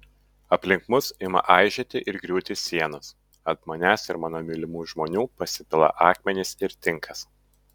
aplink mus ima aižėti ir griūti sienos ant manęs ir mano mylimų žmonių pasipila akmenys ir tinkas